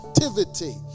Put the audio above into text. activity